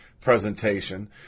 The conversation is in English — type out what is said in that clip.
presentation